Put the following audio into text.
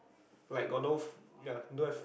like got no ya don't have